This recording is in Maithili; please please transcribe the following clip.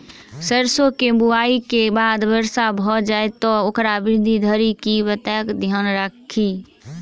सैरसो केँ बुआई केँ बाद वर्षा भऽ जाय तऽ ओकर वृद्धि धरि की बातक ध्यान राखि?